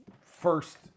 first